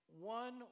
One